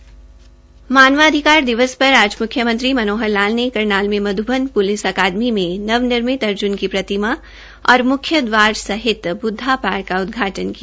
्ु मानवाधिकार दिवस पर आज मुख्यमंत्री मनोहर लाल ने करनाल प्लिस अकादमी में नवनिर्मित अर्ज्न की प्रतिमा और मुख्य दवार सहित ब्दवा पार्क का उदघाटन किया